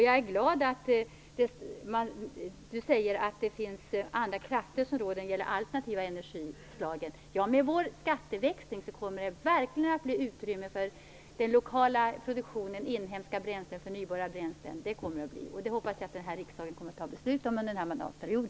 Jag är glad att Barbro Andersson säger att det finns andra krafter som råder när det gäller de alternativa energislagen. Med vårt förslag till skatteväxling kommer det verkligen att bli utrymme för den lokala produktionen av inhemska bränslen och förnybara bränslen. Det kommer det att bli. Jag hoppas att riksdagen kommer att fatta beslut om det under denna mandatperiod.